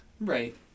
Right